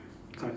correct